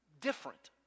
different